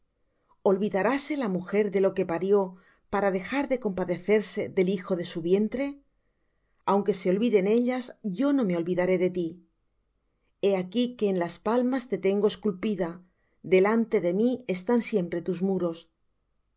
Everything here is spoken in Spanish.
mí olvidaráse la mujer de lo que parió para dejar de compadecerse del hijo de su vientre aunque se olviden ellas yo no me olvidaré de ti he aquí que en las palmas te tengo esculpida delante de mí están siempre tus muros